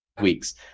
weeks